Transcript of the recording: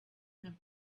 have